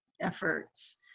efforts